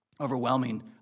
overwhelming